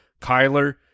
Kyler